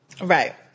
Right